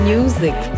Music